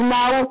now